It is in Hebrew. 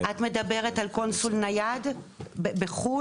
את מדברת על קונסול נייד בחו"ל?